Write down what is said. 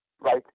right